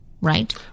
right